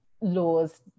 laws